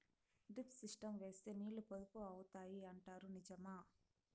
Drip system వేస్తే నీళ్లు పొదుపు అవుతాయి అంటారు నిజమా?